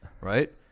right